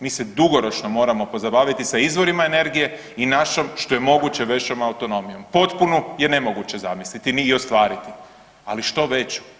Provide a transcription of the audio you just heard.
Mi se dugoročno moramo pozabaviti sa izvorima energije i našom što je moguće većom autonomijom, potpunu je nemoguće zamisliti, ni ostvariti, ali što veću.